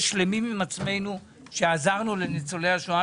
שלמים עם עצמנו שעזרנו לניצולי השואה,